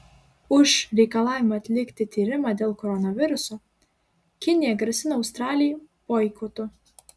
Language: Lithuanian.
už reikalavimą atlikti tyrimą dėl koronaviruso kinija grasina australijai boikotu